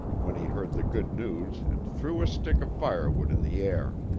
when he heard the good news and threw a stick of firewood in the air.